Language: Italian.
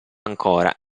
ancora